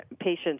patients